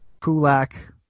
Kulak